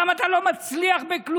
למה אתה לא מצליח בכלום?